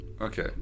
Okay